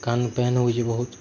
କାନ ପେନ୍ ହଉଛି ବହୁତ